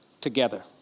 together